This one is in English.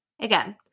Again